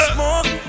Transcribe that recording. Smoke